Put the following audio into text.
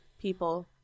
people